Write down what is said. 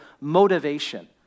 motivation